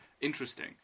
interesting